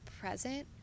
present